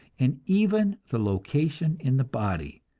and even the location in the body,